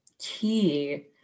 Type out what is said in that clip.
key